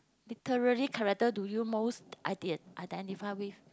literary character do you most iden~ identify with